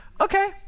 Okay